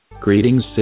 Greetings